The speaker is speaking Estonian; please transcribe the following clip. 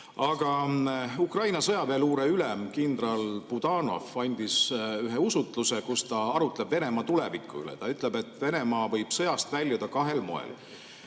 Aga Ukraina sõjaväeluure ülem kindral Budanov andis ühe usutluse, kus ta arutleb Venemaa tuleviku üle. Ta ütleb, et Venemaa võib sõjast väljuda kahel moel.